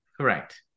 Correct